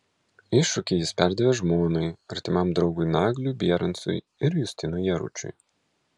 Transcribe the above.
iššūkį jis perdavė žmonai artimam draugui nagliui bierancui ir justinui jaručiui